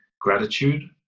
gratitude